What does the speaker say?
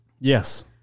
Yes